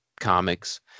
comics